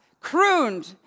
crooned